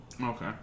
Okay